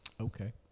Okay